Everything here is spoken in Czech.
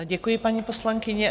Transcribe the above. Děkuji, paní poslankyně.